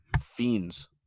fiends